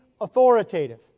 authoritative